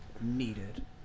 needed